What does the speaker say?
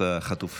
(הוראת שעה,